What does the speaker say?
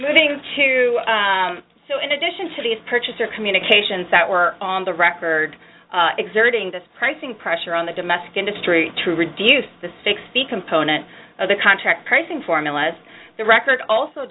moving to so in addition to these purchase or communications that were on the record exerting this pricing pressure on the domestic industry to reduce the sixty dollars component of the contract pricing formula the record also